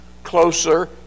closer